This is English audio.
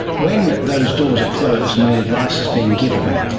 when those doors are closed and when advice is being given,